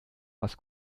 was